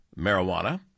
marijuana